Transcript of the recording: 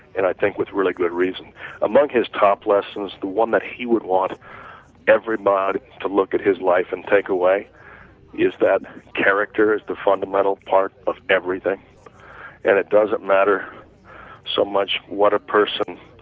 and i think with really good reason among his top lessons, the one that he would want everybody is to look at his life and take away is that character as the fundamental part of everything and it doesn't matter so much what a person